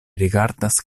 rigardas